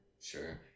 sure